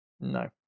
No